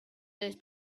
those